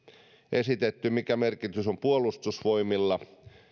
esitetty mikä merkitys on puolustusvoimilla